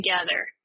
together